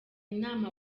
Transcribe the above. inama